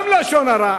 גם לשון הרע